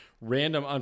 random